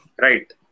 Right